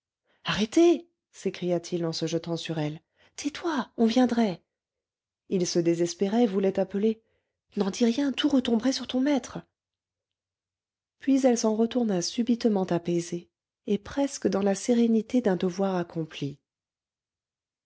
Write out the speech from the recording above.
arrêtez s'écria-t-il en se jetant sur elle tais-toi on viendrait il se désespérait voulait appeler n'en dis rien tout retomberait sur ton maître puis elle s'en retourna subitement apaisée et presque dans la sérénité d'un devoir accompli